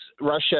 Russia